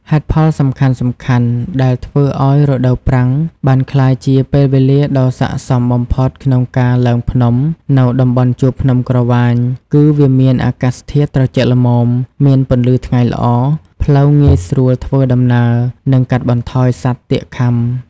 ហេតុផលសំខាន់ៗដែលធ្វើឲ្យរដូវប្រាំងបានក្លាយជាពេលវែលាដ៏ស័ក្តិសមបំផុតក្នុងការឡើងភ្នំនៅតំបន់ជួរភ្នំក្រវាញគឺ វាមានអាកាសធាតុត្រជាក់ល្មម មានពន្លឺថ្ងៃល្អ ផ្លូវងាយស្រួលធ្វើដំណើរ និងកាត់បន្ថយសត្វទាកខាំ។